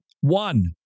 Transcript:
One